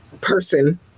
person